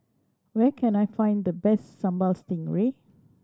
where can I find the best Sambal Stingray